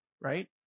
right